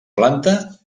planta